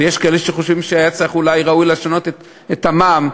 ויש כאלה שחושבים שאולי ראוי היה לשנות את שיעור המע"מ,